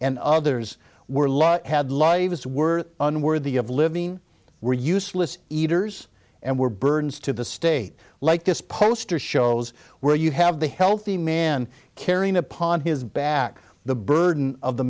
lot had lives were unworthy of living were useless eaters and were burns to the state like this poster shows where you have the healthy man carrying upon his back the burden of the